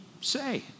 say